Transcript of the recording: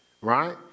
right